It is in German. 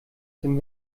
dem